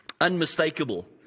unmistakable